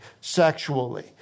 sexually